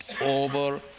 over